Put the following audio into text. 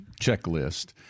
checklist